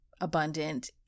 abundant